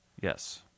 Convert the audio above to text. Yes